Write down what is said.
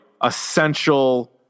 essential